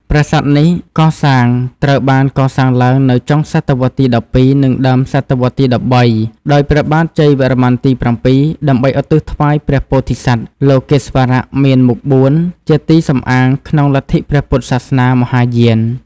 ប្រាសាទនេះកសាងត្រូវបានកសាងឡើងនៅចុងសតវត្សរ៍ទី ១២ និងដើមសតវត្សរ៍ទី ១៣ ដោយព្រះបាទជ័យវរ្ម័នទី៧ ដើម្បីឧទ្ទិសថ្វាយព្រះពោធិសត្វ លោកេស្វរៈមានមុខ៤ ជាទីសំអាងក្នុងលទ្ធិព្រះពុទ្ធសាសនាមហាយាន។